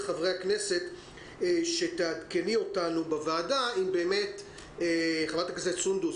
חברי הכנסת בוועדה חברת הכנסת סונדוס